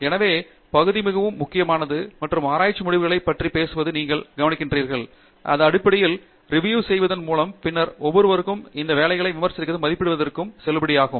எனவே பகுதி மிகவும் முக்கியமானது மற்றும் ஆராய்ச்சி முடிவுகளைப் பற்றிப் பேசுவதைப் நீங்கள் கவனிக்கிறீர்களானால் இது அடிப்படையில் ரிவ்யூ செய்வதன் மூலமாகவும் பின்னர் ஒவ்வொருவரும் இந்த வேலைகளை விமர்சித்து மதிப்பிடுவதோடு செல்லுபடியாகும்